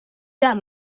got